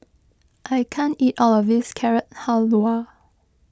I can't eat all of this Carrot Halwa